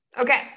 okay